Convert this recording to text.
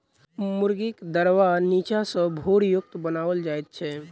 मुर्गीक दरबा नीचा सॅ भूरयुक्त बनाओल जाइत छै